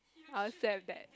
I'll accept that